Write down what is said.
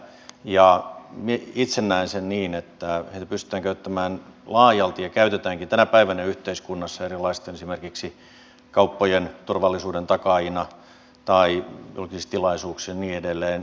itse näen sen niin että niitä pystytään käyttämään laajalti ja käytetäänkin tänä päivänä yhteiskunnassa esimerkiksi erilaisten kauppojen turvallisuuden takaajina tai julkisissa tilaisuuksissa ja niin edelleen